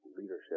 leadership